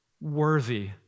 worthy